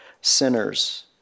sinners